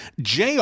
Jr